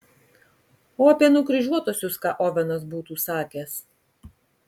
o apie nukryžiuotuosius ką ovenas būtų sakęs